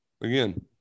again